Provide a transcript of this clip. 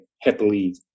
happily